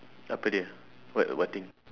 apa dia what what thing